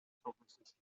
proposition